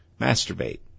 masturbate